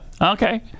Okay